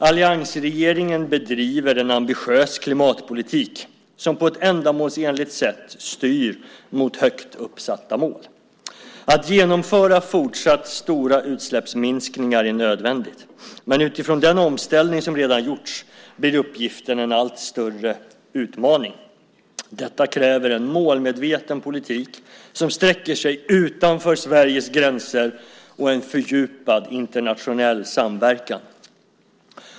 Alliansregeringen bedriver en ambitiös klimatpolitik som på ett ändamålsenligt sätt styr mot högt uppsatta mål. Att genomföra fortsatt stora utsläppsminskningar är nödvändigt, men utifrån den omställning som redan gjorts blir uppgiften en allt större utmaning. Detta kräver en målmedveten politik som sträcker sig utanför Sveriges gränser och en fördjupad internationell samverkan.